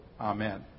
Amen